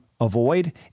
avoid